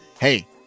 Hey